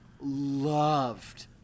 loved